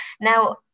Now